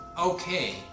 okay